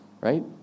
right